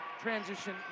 transition